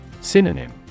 Synonym